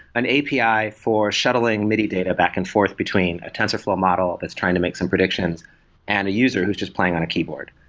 an api for shuttling midi data back and forth between a tensorflow model that's trying to make some predictions and a user who's just playing on a keyboard.